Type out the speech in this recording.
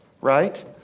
right